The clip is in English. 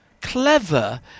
clever